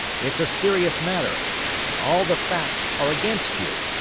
it's a serious matter and all the facts are against you.